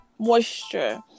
moisture